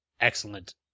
excellent